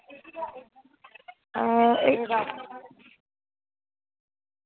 हां ए